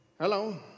Hello